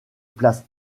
place